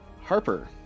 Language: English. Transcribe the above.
Harper